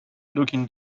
looking